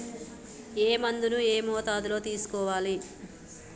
ఏ మందును ఏ మోతాదులో తీసుకోవాలి?